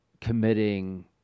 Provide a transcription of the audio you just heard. committing